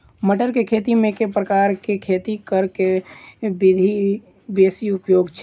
मटर केँ खेती मे केँ प्रकार केँ खेती करऽ केँ विधि बेसी उपयोगी छै?